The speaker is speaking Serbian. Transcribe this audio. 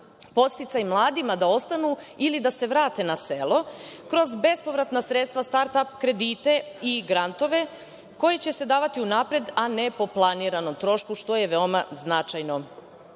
podsticaj mladima da ostanu ili da se vrate na selo kroz bespovratna sredstva, start ap kredite i grantove, koji će se davati unapred, a ne po planiranom trošku, što je veoma značajno.